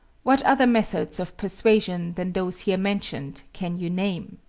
what other methods of persuasion than those here mentioned can you name?